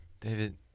David